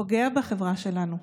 פוגע בחברה שלנו,